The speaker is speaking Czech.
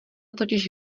totiž